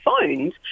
phones